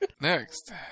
Next